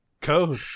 code